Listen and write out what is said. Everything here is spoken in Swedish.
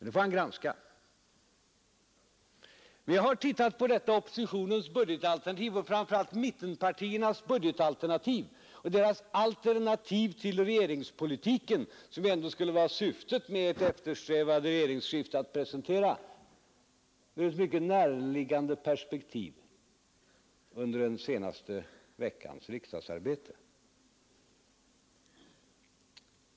Men det är något som får tas upp till granskning. Jag har studerat oppositionens och framför allt mittenpartiernas budgetalternativ — det är deras alternativ till regeringspolitiken, som det ju ändå var syftet att få presentera vid det eftersträvade regeringsskiftet — i ett mycket näraliggande perspektiv under den senaste veckans riksdagsarbete.